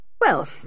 Well